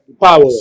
power